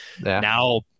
Now